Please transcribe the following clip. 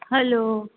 hello